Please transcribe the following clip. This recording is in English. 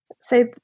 say